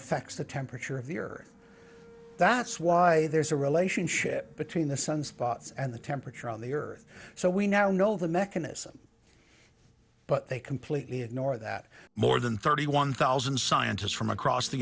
affects the temperature of the earth that's why there's a relationship between the sunspots and the temperature on the earth so we now know the mechanism they completely ignore that more than thirty one thousand scientists from across the